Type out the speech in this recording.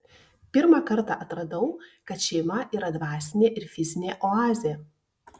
pirmą kartą atradau kad šeima yra dvasinė ir fizinė oazė